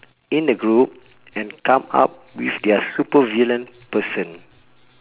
in the group and come up with their supervillain person